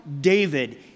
David